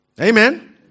Amen